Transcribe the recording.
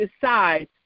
decide